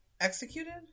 executed